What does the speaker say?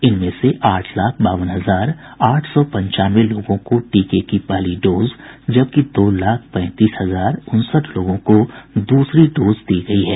इनमें से आठ लाख बावन हजार आठ सौ पंचानवे लोगों को टीके की पहली डोज जबकि दो लाख पैंतीस हजार उनसठ लोगों को दूसरी डोज दी गयी है